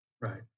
Right